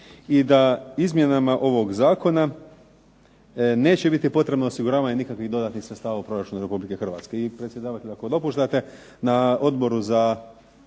I da izmjenama ovog zakona neće biti potrebno osiguravanje dodatnih sredstava u proračunu Republike Hrvatske. I predsjedavajući ako dopuštate, na Odboru za